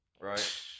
right